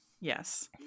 Yes